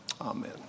Amen